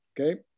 okay